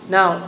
Now